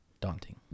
Daunting